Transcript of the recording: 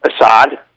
Assad